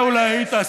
אתה אולי היית.